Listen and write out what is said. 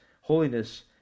holiness